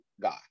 guy